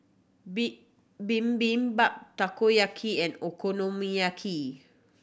Bibimbap Takoyaki and Okonomiyaki